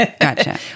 Gotcha